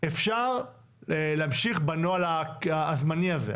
אפשר להמשיך בנוהל הזמני הזה,